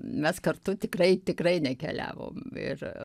mes kartu tikrai tikrai nekeliavom ir